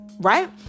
Right